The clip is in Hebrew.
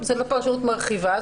זה לא פרשנות מרחיבה,